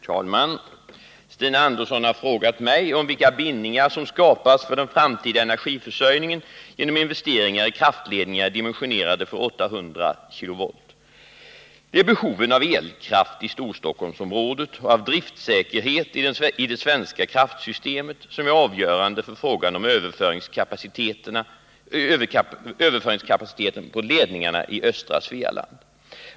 Herr talman! Stina Andersson har frågat mig om vilka bindningar som skapas för den framtida energiförsörjningen genom investeringar i kraftledningar dimensionerade för 800 kV. Det är behoven av elkraft i Storstockholmsområdet och av driftsäkerhet i det svenska kraftsystemet som är avgörande för frågan om överföringskapacitet på ledningarna i östra Svealand.